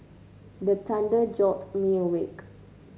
the thunder jolt me awake